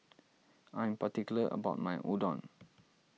I'm particular about my Udon